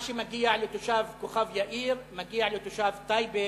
מה שמגיע לתושב כוכב-יאיר מגיע לתושב טייבה,